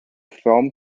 film